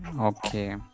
okay